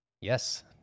Yes